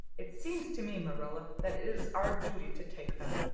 it seems to me, marilla, that it is our duty to take them.